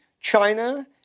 China